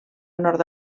nord